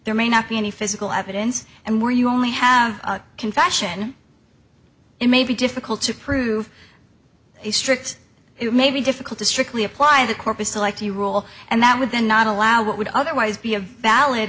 there may not be any physical evidence and where you only have a confession it may be difficult to prove a strict it may be difficult to strictly apply the corpus like the rule and that would then not allow what would otherwise be a valid